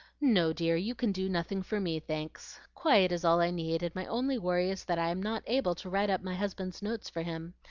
no, dear, you can do nothing for me, thanks. quiet is all i need, and my only worry is that i am not able to write up my husband's notes for him.